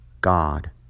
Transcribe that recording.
God